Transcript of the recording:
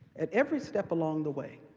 at every step along the way,